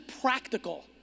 practical